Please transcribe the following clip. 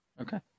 Okay